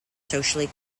socially